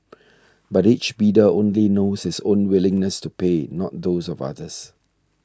but each bidder only knows his own willingness to pay not those of others